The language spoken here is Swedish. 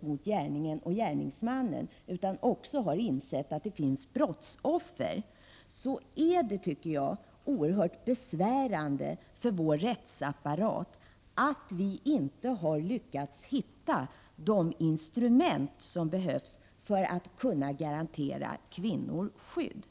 mot gärningen och gärningsmannen utan man har också insett att det finns brottsoffer — är det, tycker jag, oerhört besvärande för vår rättsapparat att vi inte har lyckats hitta de instrument som behövs för att kunna garantera kvinnor skydd.